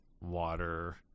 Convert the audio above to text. water